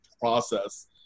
process